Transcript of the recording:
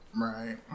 Right